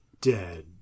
dead